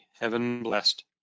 heaven-blessed